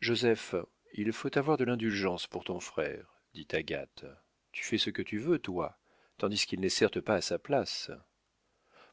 joseph il faut avoir de l'indulgence pour ton frère dit agathe tu fais ce que tu veux toi tandis qu'il n'est certes pas à sa place